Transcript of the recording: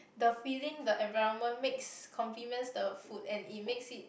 the feeling the environment makes compliments the food and it makes it